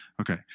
Okay